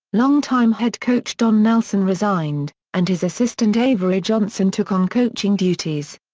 long-time head coach don nelson resigned, and his assistant avery johnson took on coaching duties.